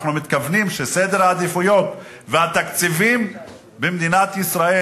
אנחנו מתכוונים שסדר העדיפויות והתקציבים במדינת ישראל,